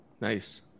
Nice